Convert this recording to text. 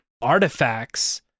artifacts